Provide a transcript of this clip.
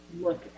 look